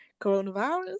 coronavirus